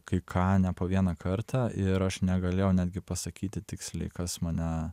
kai ką ne po vieną kartą ir aš negalėjau netgi pasakyti tiksliai kas mane